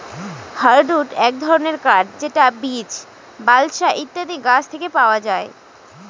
hardwood এক ধরনের কাঠ যেটা বীচ, বালসা ইত্যাদি গাছ থেকে পাওয়া যায়